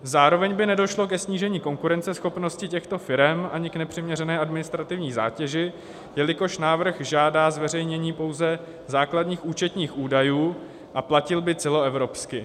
Zároveň by nedošlo ke snížení konkurenceschopnosti těchto firem ani k nepřiměřené administrativní zátěži, jelikož návrh žádá zveřejnění pouze základních účetních údajů a platil by celoevropsky.